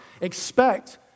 expect